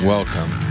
Welcome